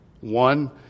One